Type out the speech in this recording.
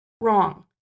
Wrong